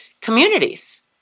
communities